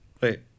Wait